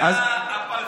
זה הפלסף.